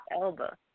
Elba